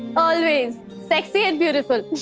always. sexy and beautiful.